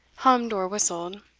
hummed or whistled